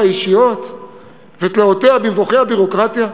האישיות ותלאותיה במבוכי הביורוקרטיה.